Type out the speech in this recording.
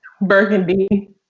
Burgundy